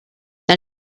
then